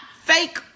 fake